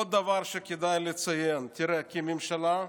עוד דבר שכדאי לציין, תראה, כממשלה,